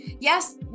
Yes